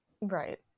Right